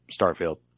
Starfield